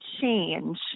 change